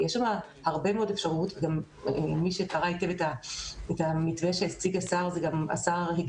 יש הרבה מאוד אפשרות מי שקרא היטב את המתווה שהציגה שר וגם הגדיר